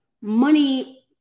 money